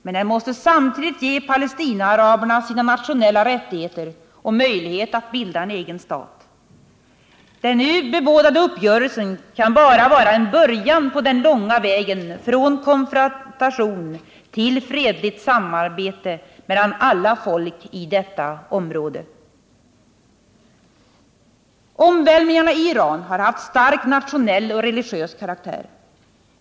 Men den måste samtidigt ge Palestinaaraberna deras nationella rättigheter och möjlighet att bilda en egen stat. Den nu bebådade uppgörelsen kan bara vara en början på den långa vägen från konfrontation till fredligt samarbete mellan alla folk i detta område. Omvälvningarna i Iran har haft stark nationell och religiös karaktär.